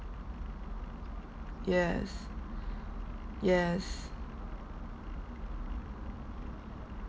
yes yes